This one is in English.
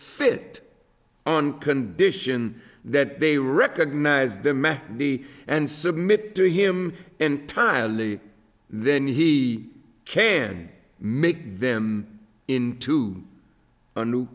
fit on condition that they recognize them as be and submit to him entirely then he can make them into a new